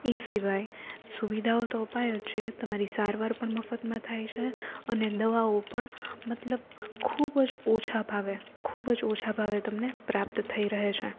એ સિવાયે સુવિધાઓ તો અપાય જ છે તમારી સારવાર પણ મફતમાં થાય છે અને દવાઓ પણ મતલબ ખૂબ જ ઓછા ભાવે ખૂબ જ ઓછા ભાવે તમને પ્રાપ્ત થઈ રહે છે